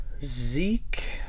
Zeke